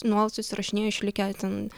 nuolat susirašinėjo išlikę ten